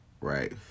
right